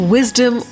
Wisdom